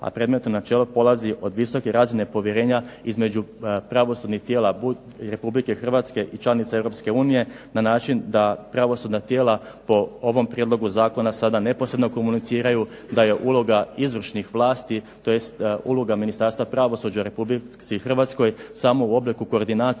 a predmetno načelo polazi od visoke razine povjerenja između pravosudnih tijela Republike Hrvatske i članica Europske unije, na način da pravosudna tijela po ovom prijedlogu zakona sada neposredno komuniciraju, da je uloga izvršnih vlasti, tj. uloga Ministarstva pravosuđa Republici Hrvatskoj samo u obliku koordinatora